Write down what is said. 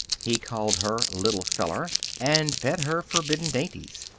he called her little feller, and fed her forbidden dainties.